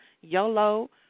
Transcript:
YOLO